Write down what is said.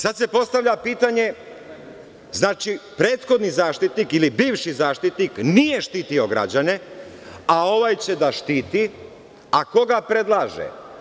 Sad se postavlja pitanje, znači, prethodni Zaštitnik ili bivši Zaštitnik nije štitio građane, a ovaj će da štiti, a ko ga predlaže?